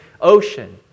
ocean